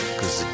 Cause